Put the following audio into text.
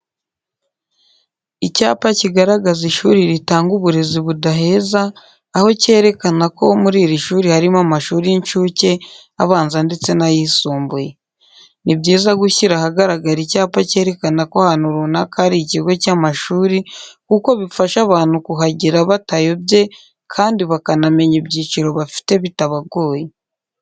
Icyapa kigaragaza ishuri ritanga uburezi budaheza aho kerekana ko muri iri shuri harimo amashuri y'incuke, abanza ndetse n'ayisumbuye. Nibyiza gushyira ahagaragara icyapa cyerekana ko ahantu runaka hari ikigo cy'amashuri kuko bifasha abantu kuhagere batayobye kandi bakanamenya ibyiciro bafite bitabagoye.